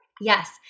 Yes